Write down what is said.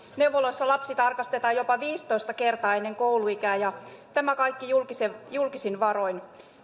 neuvoloissa lapsi tarkastetaan jopa viisitoista kertaa ennen kouluikää ja tämä kaikki julkisin varoin